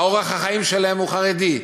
אורח החיים שלהן חרדי,